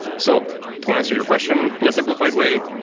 so to answer your question in a simplified way,